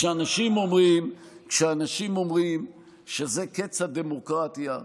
כשאנשים אומרים שזה קץ הדמוקרטיה,